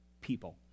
people